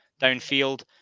downfield